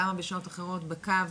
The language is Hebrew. כמה בשעות אחרות בקו